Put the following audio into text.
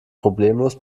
problemlos